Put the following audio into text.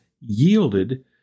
yielded